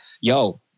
yo